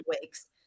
weeks